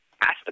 ask